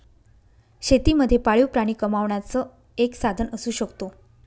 शेती मध्ये पाळीव प्राणी कमावण्याचं एक साधन असू शकतो